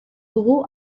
dugu